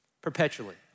perpetually